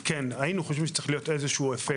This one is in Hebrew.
היינו חושבים שצריך להיות גם אפקט